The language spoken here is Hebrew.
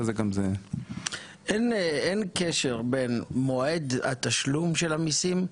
אין קשר בין מועד התשלום של המיסים,